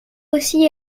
aussi